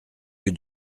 que